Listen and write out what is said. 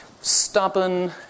stubborn